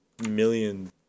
million